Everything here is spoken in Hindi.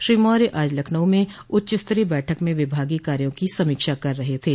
श्री मौर्य आज लखनऊ में उच्चस्तरीय बैठक में विभागीय कार्यो की समीक्षा कर रहे थे